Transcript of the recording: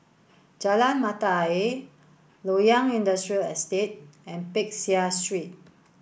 Jalan Mata Ayer Loyang Industrial Estate and Peck Seah Street